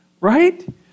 right